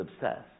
obsessed